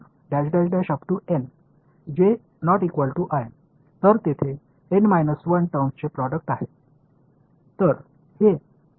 तर तेथे एन 1 टर्म्सचे प्रोडक्ट आहे